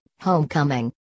Homecoming